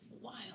Wild